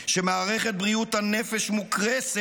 שמערכת בריאות הנפש מוקרסת,